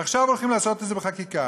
עכשיו הולכים לעשות את זה בחקיקה,